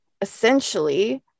essentially